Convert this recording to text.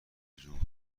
جون